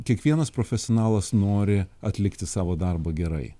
kiekvienas profesionalas nori atlikti savo darbą gerai